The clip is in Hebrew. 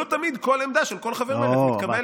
לא תמיד כל עמדה של כל חבר מרצ מתקבלת.